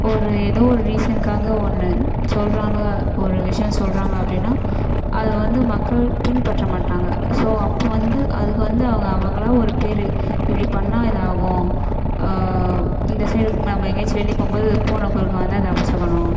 ஒரு ஏதோ ஒரு ரீஸனுக்காக ஒன்று சொல்கிறாங்க ஒரு விஷயம் சொல்கிறாங்க அப்படினா அதை வந்து மக்கள் பின்பற்ற மாட்டாங்க ஸோ அப்போ வந்து அதுக்கு வந்து அவங்க அவங்களாக ஒரு பேர் இப்படி பண்ணிணா இது ஆகும் இந்த சைடு நம்ம எங்கேயாச்சும் வெளியே போகும்போது பூனை குறுக்கே வந்தால் அது அபசகுணம்